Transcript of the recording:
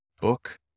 book